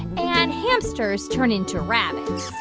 and hamsters turn into rabbits